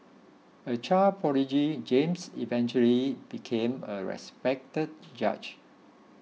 a child prodigy James eventually became a respected judge